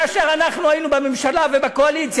כאשר אנחנו היינו בממשלה ובקואליציה,